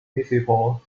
municipal